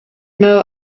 know